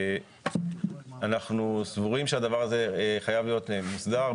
אנחנו סבורים שהדבר הזה חייב להיות מוסדר,